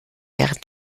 während